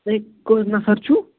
تُہۍ کٔژ نَفَر چھُو